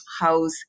house